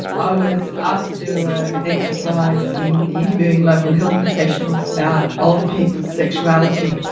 i was asked to do ah an exercise in interviewing local health professionals about older people's sexuality,